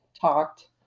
talked